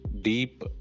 deep